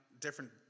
different